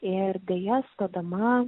ir deja stodama